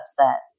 upset